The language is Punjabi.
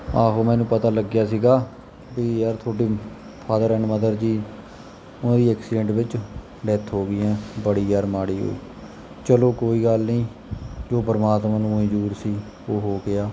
ਆਹੋ ਮੈਨੂੰ ਪਤਾ ਲੱਗਿਆ ਸੀਗਾ ਵੀ ਯਾਰ ਤੁਹਾਡੇ ਫਾਦਰ ਐਂਡ ਮਦਰ ਜੀ ਉਹਨਾਂ ਦੀ ਐਕਸੀਡੈਂਟ ਵਿੱਚ ਡੈਥ ਹੋ ਗਈ ਹੈਂ ਬੜੀ ਯਾਰ ਮਾੜੀ ਚਲੋ ਕੋਈ ਗੱਲ ਨਹੀਂ ਜੋ ਪਰਮਾਤਮਾ ਨੂੰ ਮਨਜ਼ੂਰ ਸੀ ਉਹ ਹੋ ਗਿਆ